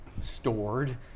stored